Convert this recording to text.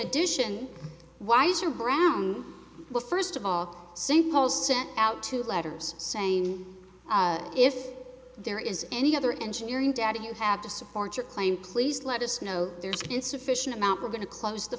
addition wiser brown well first of all sinkholes sent out two letters saying if there is any other engineering data you have to support your claim please let us know there's insufficient amount we're going to close the